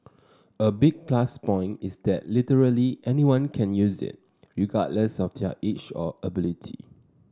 a big plus point is that literally anyone can use it regardless of their age or ability